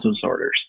disorders